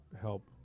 help